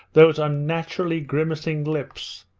those unnaturally grimacing lips,